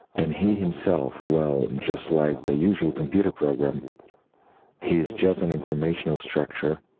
and he himself, well, just like the usual computer program, he but he is just an information structure,